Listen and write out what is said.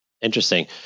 Interesting